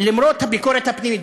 למרות הביקורת הפנימית,